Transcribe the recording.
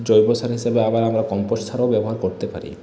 জৈব সার হিসেবে আবার আমরা কম্পোস্ট সারও ব্যবহার করতে পারি